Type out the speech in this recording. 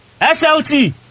SLT